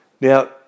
Now